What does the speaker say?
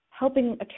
helping